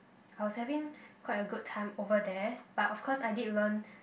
I was having quite a good time over there but of course I did learn